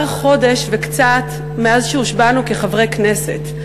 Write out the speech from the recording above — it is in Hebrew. חודש וקצת מאז שהושבענו כחברי הכנסת.